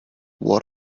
what